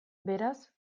beraz